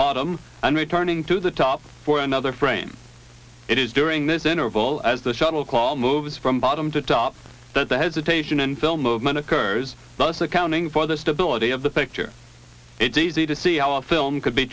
bottom and returning to the top for another frame it is during this interval as the shuttle call moves from bottom to top that the hesitation in film movement occurs thus accounting for the stability of the picture it's easy to see how a film could be